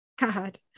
God